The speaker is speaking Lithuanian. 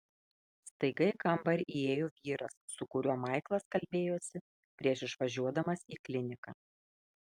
staiga į kambarį įėjo vyras su kuriuo maiklas kalbėjosi prieš išvažiuodamas į kliniką